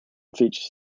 features